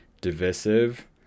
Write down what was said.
divisive